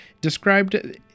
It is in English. described